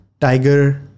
tiger